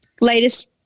latest